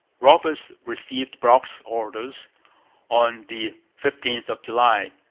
roberts received brock's orders on the fifteenth of july.